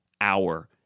hour